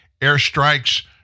airstrikes